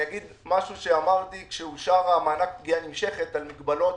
אני אגיד משהו שאמרתי כשאושר מענק פגיעה נמשכת על מגבלות